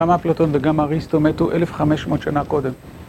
גם אפלטון וגם אריסטו מתו 1,500 שנה קודם.